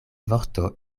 vorto